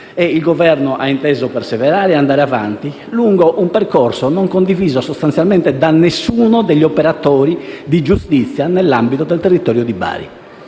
Il Governo ha inteso perseverare e andare avanti lungo un percorso non condiviso sostanzialmente da alcuno degli operatori di giustizia nell'ambito del territorio di Bari.